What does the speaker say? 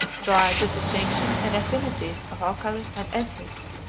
tried the distinction and affinities of alcalis and acids,